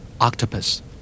Octopus